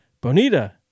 bonita